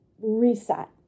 reset